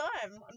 time